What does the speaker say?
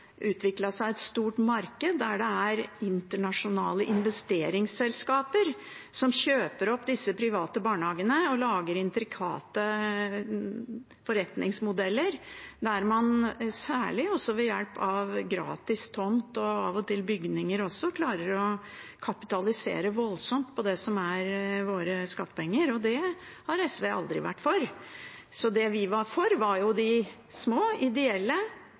seg et stort marked der det er internasjonale investeringsselskaper som kjøper opp disse private barnehagene og lager intrikate forretningsmodeller, der man særlig, også ved hjelp av gratis tomt og av og til bygninger, klarer å kapitalisere voldsomt på det som er våre skattepenger. Det har SV aldri vært for. Det vi var for, var de små, ideelle